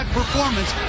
performance